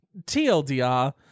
TLDR